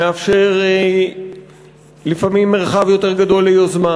מאפשר לפעמים מרחב יותר גדול ליוזמה,